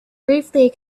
briefly